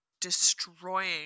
destroying